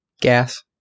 Gas